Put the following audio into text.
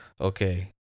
Okay